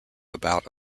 about